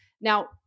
Now